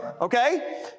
Okay